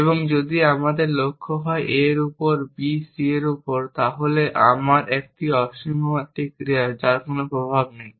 এবং যদি আমাদের লক্ষ্য হয় A এর উপর B এর C এর উপর তাহলে আমার একটি অসীম একটি ক্রিয়া যার কোনো প্রভাব নেই